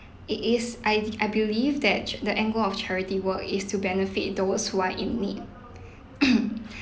it is I I believe that cha~ the angle of charity work is to benefit those who are in need